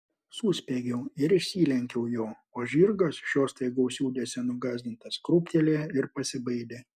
suspiegiau ir išsilenkiau jo o žirgas šio staigaus judesio nugąsdintas krūptelėjo ir pasibaidė